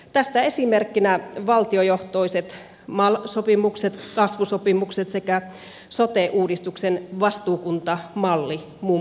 tästä esimerkkinä muun muassa valtiojohtoiset mal sopimukset kasvusopimukset sekä sote uudistuksen vastuukuntamalli